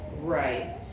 Right